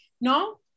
no